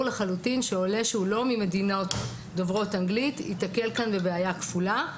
לחלוטין שעולה שהוא לא ממדינות דוברות אנגלית ייתקל כאן בבעיה כפולה.